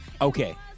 Okay